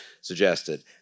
suggested